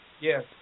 Yes